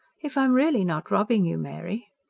if i am really not robbing you, mary?